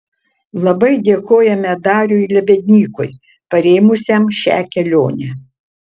labai dėkojame dariui lebednykui parėmusiam šią kelionę